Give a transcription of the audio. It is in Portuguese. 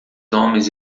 homens